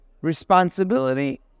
Responsibility